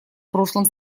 прошлом